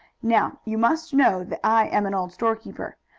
now, you must know that i am an old storekeeper.